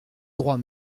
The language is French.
droit